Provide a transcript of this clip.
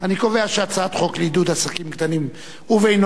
את הצעת חוק לעידוד עסקים קטנים ובינוניים,